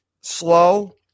slow